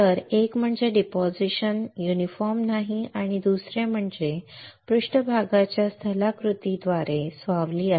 तर एक म्हणजे डिपॉझिशन एकसमान नाही दुसरे म्हणजे पृष्ठभागाच्या स्थलाकृतिद्वारे सावली आहे